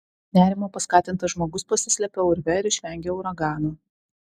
nerimo paskatintas žmogus pasislepia urve ir išvengia uragano